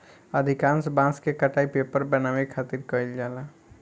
अधिकांश बांस के कटाई पेपर बनावे खातिर कईल जाला